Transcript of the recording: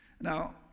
Now